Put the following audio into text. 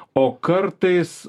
o kartais